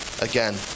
again